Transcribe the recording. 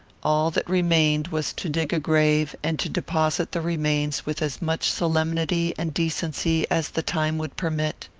all that remained was to dig a grave, and to deposit the remains with as much solemnity and decency as the time would permit.